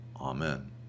Amen